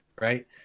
right